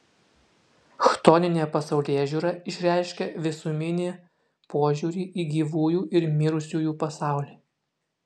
chtoninė pasaulėžiūra išreiškia visuminį požiūrį į gyvųjų ir mirusiųjų pasaulį